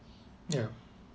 ya